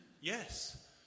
yes